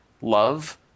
love –